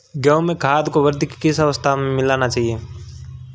गेहूँ में खाद को वृद्धि की किस अवस्था में मिलाना चाहिए?